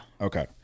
okay